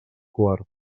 quart